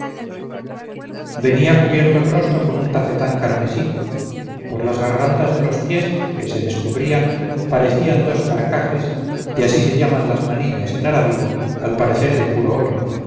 venía cubierto el rostro con un tafetán carmesí por las gargantas de los pies que se descubrían parecían dos carcajes que así se llaman las manillas en arábigo al parecer de puro oro